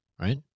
Right